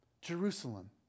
Jerusalem